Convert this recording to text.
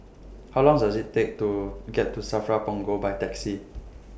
How Long Does IT Take to get to SAFRA Punggol By Taxi